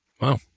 Wow